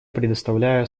предоставляю